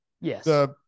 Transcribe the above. Yes